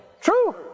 True